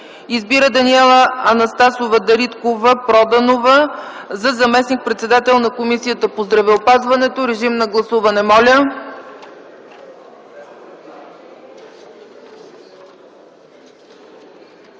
Избира Даниела Анастасова Дариткова-Проданова за заместник-председател на Комисията по здравеопазването.” Моля да гласуваме.